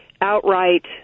outright